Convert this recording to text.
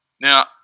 Now